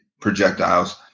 projectiles